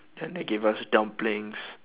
then they gave us dumplings